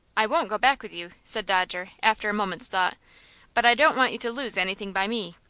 i won't go back with you, said dodger, after a moment's thought but i don't want you to lose anything by me.